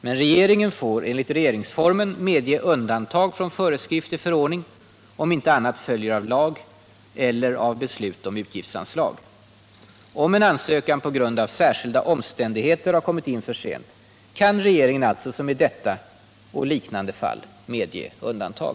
Men regeringen får enligt regeringsformen medge undantag från föreskrift i förordning, om inte annat följer av lag eller av beslut om utgiftsanslag. Om en ansökan på grund av särskilda omständigheter har kommit in för sent, kan regeringen alltså som i detta och liknande fall medge undantag.